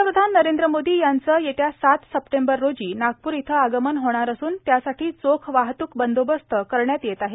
पंतप्रधान नरेंद्र मोदी यांचं येत्या सात सप्टेंबर रोजी नागप्र इथं आगमन होणार असून त्यासाठी चोख वाहतूक बंदोबस्त करण्यात येत आहेत